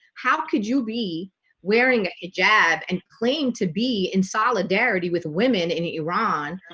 how could you be wearing a jab and claim to be in solidarity with women in iran?